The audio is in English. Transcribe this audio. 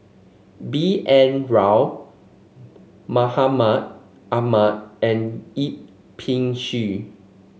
B N Rao Mahmud Ahmad and Yip Pin Xiu